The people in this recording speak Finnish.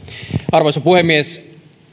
arvoisa puhemies